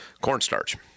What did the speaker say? cornstarch